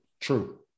true